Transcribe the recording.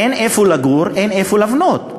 אין איפה לגור, אין איפה לבנות.